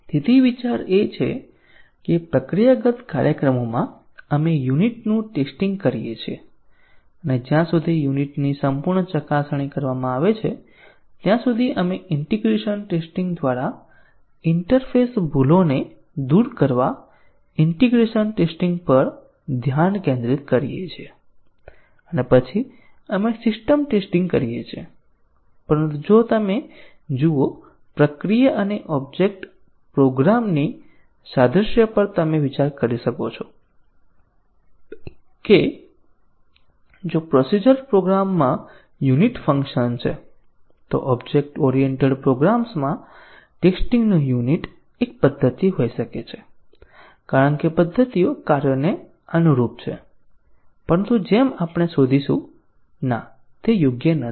વિચાર એ છે કે પ્રક્રિયાગત કાર્યક્રમોમાં આપણે યુનિટ નું ટેસ્ટીંગ કરીએ છીએ અને જ્યાં સુધી યુનિટ ની સંપૂર્ણ ચકાસણી કરવામાં આવે છે ત્યાં સુધી આપણે ઈન્ટીગ્રેશન ટેસ્ટીંગ દ્વારા ઇન્ટરફેસ ભૂલોને દૂર કરવા ઈન્ટીગ્રેશન ટેસ્ટીંગ પર ધ્યાન કેન્દ્રિત કરીએ છીએ અને પછી આપણે સિસ્ટમ ટેસ્ટીંગ કરીએ છીએ પરંતુ જો તમે જુઓ પ્રક્રિયા અને ઓબ્જેક્ટ પ્રોગ્રામની સાદ્રશ્ય પર તમે વિચારી શકો છો કે જો પ્રોસિજરલ પ્રોગ્રામમાં યુનિટ એક ફંક્શન છે તો ઓબ્જેક્ટ ઓરિએન્ટેડ પ્રોગ્રામ્સમાં ટેસ્ટીંગ નું યુનિટ એક પદ્ધતિ હોઈ શકે છે કારણ કે પદ્ધતિઓ કાર્યોને અનુરૂપ છે પરંતુ જેમ આપણે શોધીશું ના તે યોગ્ય નથી